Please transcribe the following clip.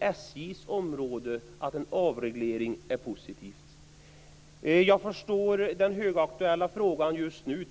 SJ:s område är det positivt med en avreglering. Just nu är den högaktuella frågan